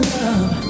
love